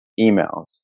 emails